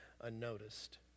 unnoticed